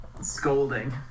Scolding